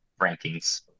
rankings